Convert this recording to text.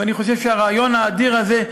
ואני חושב שהרעיון האדיר הזה,